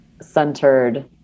centered